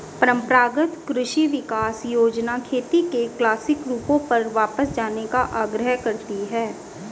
परम्परागत कृषि विकास योजना खेती के क्लासिक रूपों पर वापस जाने का आग्रह करती है